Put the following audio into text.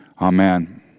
Amen